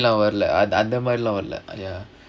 oh அந்த மாதிரிலாம் வரல:andha maadhirilaam varala ya